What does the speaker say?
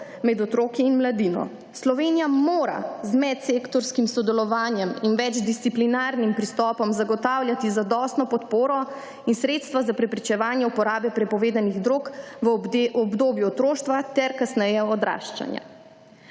med otroki in mladino. Slovenija mora z medsektorskim sodelovanjem in večdisciplinarnim pristopom zagotavljati zadostno podporo in sredstva za preprečevanje uporabe prepovedanih drog v obdobju otroštva ter kasneje odraščanja.